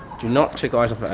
do not take your eyes off and